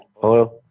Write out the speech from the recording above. Hello